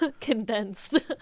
condensed